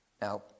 Now